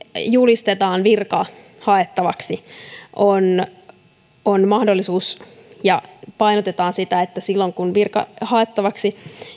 julistetaan virka haettavaksi on mahdollisuus ja painotetaan sitä että silloin kun virka haettavaksi